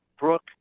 Brooke